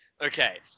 Okay